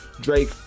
Drake